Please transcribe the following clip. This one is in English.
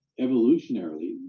evolutionarily